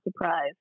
surprise